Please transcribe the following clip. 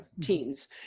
teens